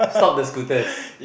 stop the scooters